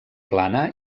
plana